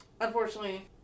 unfortunately